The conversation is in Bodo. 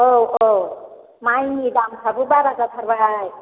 औ औ माइनि दामफ्राबो बारा जाथारबाय